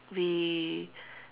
we